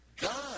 God